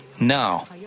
now